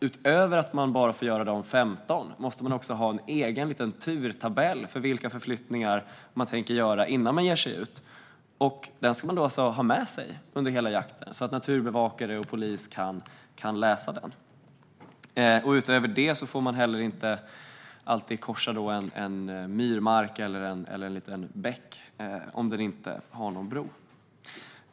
Utöver att man får göra bara dessa 15 förflyttningar måste man också innan man ger sig ut ha en egen liten turtabell för vilka förflyttningar man tänker göra. Den ska man ha med sig under hela jakten, så att naturbevakare och polis kan läsa den. Utöver det får man inte heller alltid korsa en myrmark eller en liten bäck om den inte har någon bro.